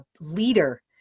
leader